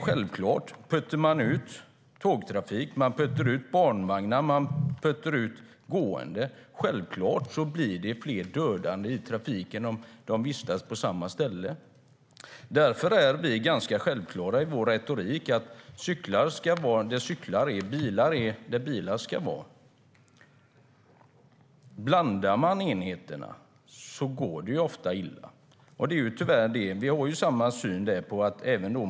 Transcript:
Puttar man ut tågtrafik, barnvagnar och gående på samma ställe kommer självklart fler att bli dödade i trafiken. Därför är vår retorik ganska självklar. Cyklar ska vara där de ska vara, och bilar ska vara där de ska vara. Blandar man enheterna går det ofta illa. När det gäller mobiltelefonerna har vi samma syn.